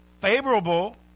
favorable